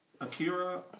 Akira